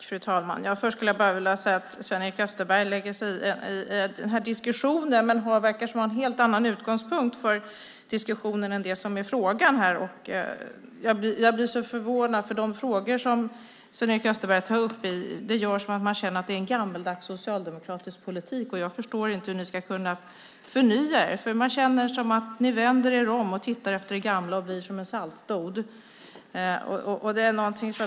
Fru talman! Först skulle jag bara vilja säga att Sven-Erik Österberg lägger sig i diskussionen, men verkar ha en helt annan utgångspunkt än det som är frågan. Jag blir så förvånad, för de frågor som Sven-Erik Österberg tar upp gör att man känner att det är en gammaldags socialdemokratisk politik. Jag förstår inte hur ni ska kunna förnya er. Man känner att ni vänder er om, tittar efter det gamla och blir som en saltstod.